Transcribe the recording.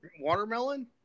watermelon